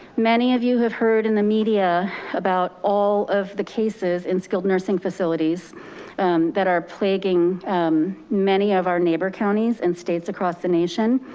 many of you have heard in the media about all of the cases in skilled nursing facilities that are plaguing many of our neighbor counties and states across the nation.